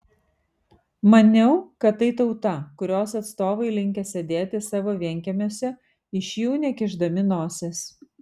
maniau kad tai tauta kurios atstovai linkę sėdėti savo vienkiemiuose iš jų nekišdami nosies